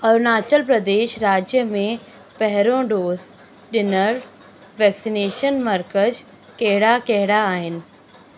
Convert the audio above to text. अरुणाचल प्रदेश राज्य में पहिरियों डोज़ ॾींदड़ वैक्सनेशन मर्कज़ कहिड़ा कहिड़ा आहिनि